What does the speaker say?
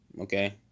Okay